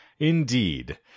Indeed